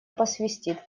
посвистит